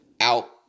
out